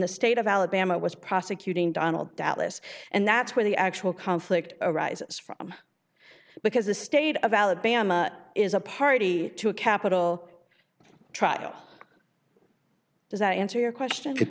the state of alabama was prosecuting donald dallas and that's where the actual conflict arises from because the state of alabama is a party to a capital trial does that answer your question i